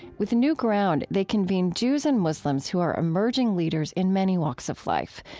with newground, they convene jews and muslims who are emerging leaders in many walks of, life,